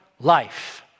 life